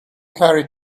carried